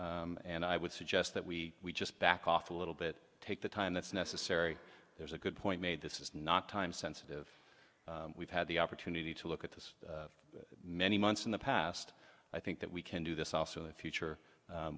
this and i would suggest that we we just back off a little bit take the time that's necessary there's a good point made this is not time sensitive we've had the opportunity to look at this many months in the past i think that we can do this also the future